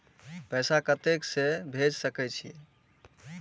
पैसा कते से भेज सके छिए?